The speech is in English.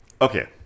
Okay